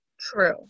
True